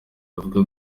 bavuga